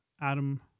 Adam